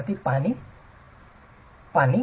विद्यार्थी संदर्भ वेळ 3543 पाणी पाणी